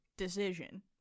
decision